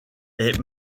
est